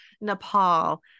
Nepal